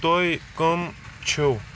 تُہۍ کم چھِو